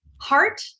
Heart